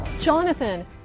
Jonathan